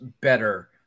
better